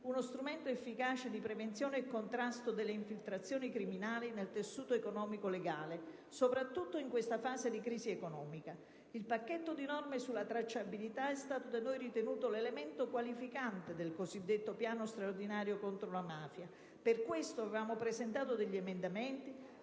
uno strumento efficace di prevenzione e contrasto delle infiltrazioni criminali nel tessuto economico-legale, soprattutto in questa fase di crisi economica. Il pacchetto di norme sulla tracciabilità è stato da noi ritenuto l'elemento qualificante del cosiddetto piano straordinario contro la mafia; per questo, avevamo presentato degli emendamenti,